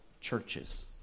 churches